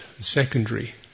secondary